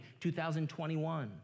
2021